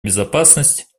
безопасность